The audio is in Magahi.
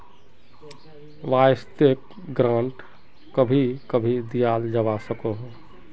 वाय्सायेत ग्रांट कभी कभी दियाल जवा सकोह